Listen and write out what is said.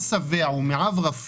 מה השינוי שקרה מאז ועד היום?